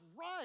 right